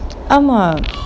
ஆமா:aamaa